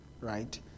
right